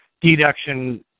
deduction